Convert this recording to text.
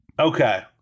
Okay